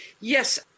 Yes